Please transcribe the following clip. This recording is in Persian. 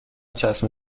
چسب